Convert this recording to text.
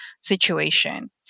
situation